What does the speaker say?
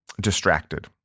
distracted